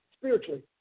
spiritually